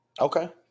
Okay